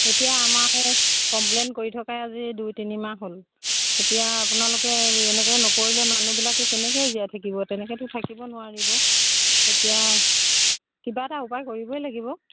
এতিয়া আমাক কমপ্লেইন কৰি থকা আজি দুই তিনিমাহ হ'ল এতিয়া আপোনালোকে এনেকে নকৰিলে মানুহবিলাকে কেনেকে জীয়াই থাকিব তেনেকেতো থাকিব নোৱাৰিব এতিয়া কিবা এটা উপায় কৰিবই লাগিব